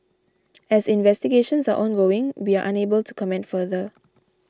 as investigations are ongoing we are unable to comment further